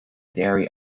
dairy